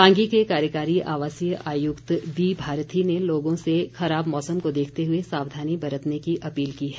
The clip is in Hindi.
पांगी के कार्यकारी आवासीय आयुक्त बी भारती ने लोगों से खराब मौसम को देखते हुए सावधानी बरतने की अपील की है